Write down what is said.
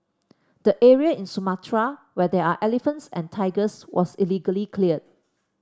the area in Sumatra where there are elephants and tigers was illegally cleared